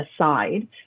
aside